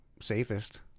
safest